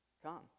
Come